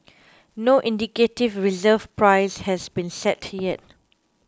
no indicative reserve price has been set yet